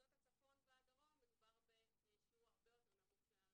במחוזות הצפון והדרום מדובר בשיעור הרבה יותר נמוך של